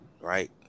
right